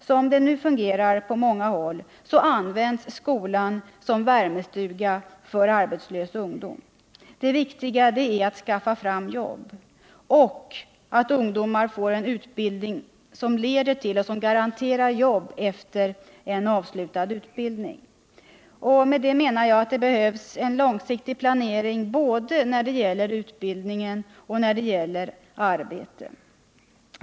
Som det nu fungerar på många håll används skolan som en värmestuga för arbetslös ungdom. Det viktiga är att skaffa jobb och att ungdomar får en utbildning som leder till och garanterar jobb efter avslutad utbildning. Med det menar jag att det behövs långsiktig planering både när det gäller utbildning och när det gäller arbete.